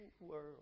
world